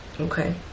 Okay